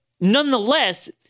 nonetheless